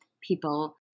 people